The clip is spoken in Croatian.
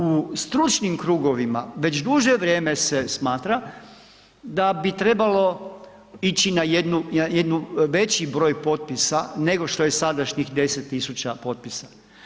U stručnim krugovima već duže vrijeme se smatra da bi trebalo ići na jedan veći broj potpisa nego što je sadašnjih 10.000 potpisa.